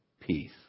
peace